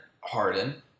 Harden